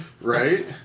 right